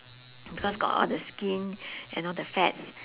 because got all the skin and all the fats